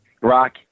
rock